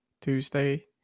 Tuesday